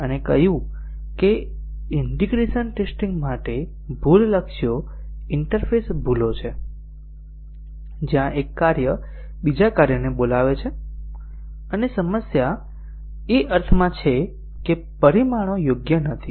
અને કહ્યું કે ઈન્ટીગ્રેશન ટેસ્ટીંગ માટે ભૂલ લક્ષ્યો ઇન્ટરફેસ ભૂલો છે જ્યાં એક કાર્ય બીજા કાર્યને બોલાવે છે અને સમસ્યા એ અર્થમાં છે કે પરિમાણો યોગ્ય નથી